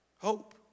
hope